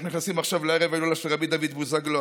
אנחנו נכנסים לערב ההילולה של רבי דוד בוזגלו.